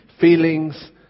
feelings